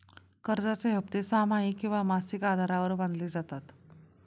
कर्जाचे हप्ते सहामाही किंवा मासिक आधारावर बांधले जातात